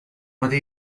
matí